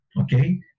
Okay